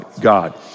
God